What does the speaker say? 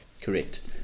correct